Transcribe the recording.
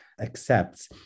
accepts